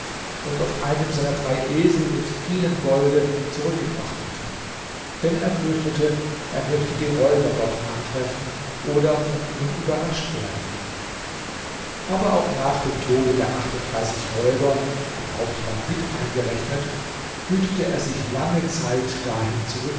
und auf einem seiner drei esel nebst vielem golde zurückgebracht hatte denn er fürchtete er möchte die räuber dort antreffen oder von ihnen überrascht werden aber auch nach dem tode der achtunddreißig räuber den hauptmann mit eingerechnet hütete er sich lange zeit dahin